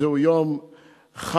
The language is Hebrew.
זהו יום חג,